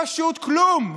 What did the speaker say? פשוט כלום.